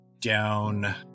down